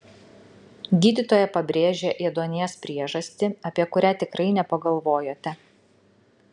gydytoja pabrėžė ėduonies priežastį apie kurią tikrai nepagalvojote